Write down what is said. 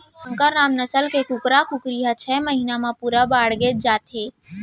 संकरामक नसल के कुकरा कुकरी ह छय महिना म पूरा बाड़गे जाथे